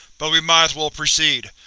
but we might as well proceed.